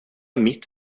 mitt